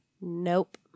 nope